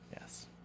Yes